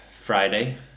Friday